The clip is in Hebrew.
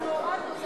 לא, אנחנו הורדנו.